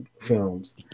films